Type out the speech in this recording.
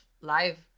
Live